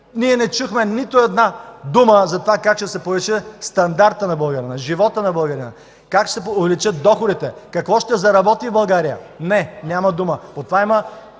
Не чухме нито една дума как ще се повиши стандартът на българина, животът на българина, как ще му се увеличат доходите, какво ще заработи в България. Не, няма дума.